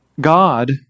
God